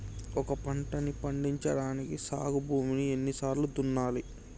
ఒక పంటని పండించడానికి సాగు భూమిని ఎన్ని సార్లు దున్నాలి?